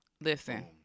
Listen